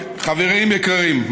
חברים יקרים,